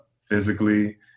physically